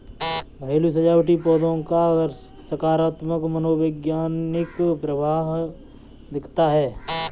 घरेलू सजावटी पौधों का सकारात्मक मनोवैज्ञानिक प्रभाव दिखता है